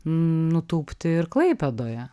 nutūpti ir klaipėdoje